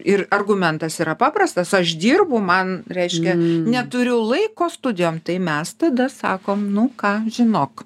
ir argumentas yra paprastas aš dirbu man reiškia neturiu laiko studijom tai mes tada sakom nu ką žinok